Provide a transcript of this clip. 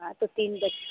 हाँ तो तीन बच